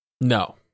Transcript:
no